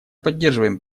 поддерживаем